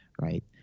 right